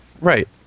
Right